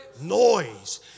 Noise